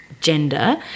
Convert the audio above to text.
gender